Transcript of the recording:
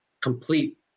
complete